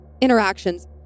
interactions